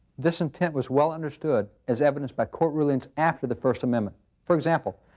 this intent was well understood as evidenced by court rulings after the first amendment. for example,